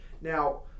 Now